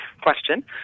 question